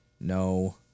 No